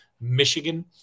Michigan